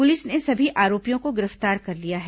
police ने सभी आरोपियों को गिरफ्तार कर लिया है